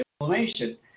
inflammation